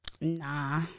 nah